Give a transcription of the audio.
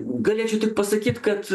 galėčiau tik pasakyt kad